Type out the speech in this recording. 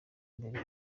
mbere